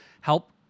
Help